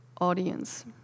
audience